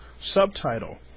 Subtitle